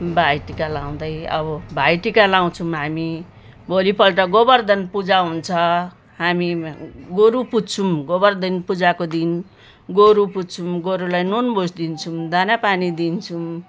भाइटिका लगाउँदै अब भाइटिका लगाउँछौँ हामी भोलिपल्ट गोबरधन पूजा हुन्छ हामी गोरु पुज्छौँ गोबरधन पूजाको दिन गोरु पुज्छौँ गोरुलाई नुन भुस दिन्छौँ दानापानी दिन्छौँ